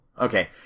Okay